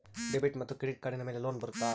Debit ಮತ್ತು credit ಕಾರ್ಡಿನ ಮೇಲೆ ಲೋನ್ ಬರುತ್ತಾ?